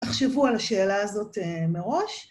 תחשבו על השאלה הזאת מראש.